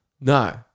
No